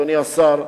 אדוני השר,